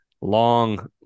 long